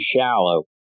shallow